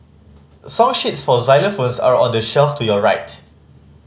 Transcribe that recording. song sheets for xylophones are on the shelf to your right